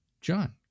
John